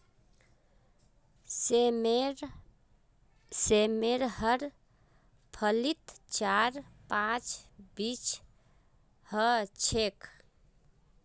सेमेर हर फलीत चार पांच बीज ह छेक